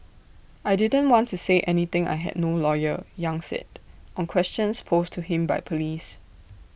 I didn't want to say anything I had no lawyer yang said on questions posed to him by Police